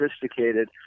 sophisticated